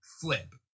flip